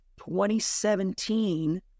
2017